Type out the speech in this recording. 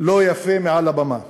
לא יפה מעל הבמה.